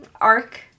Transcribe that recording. arc